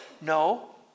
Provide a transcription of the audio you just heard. No